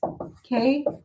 Okay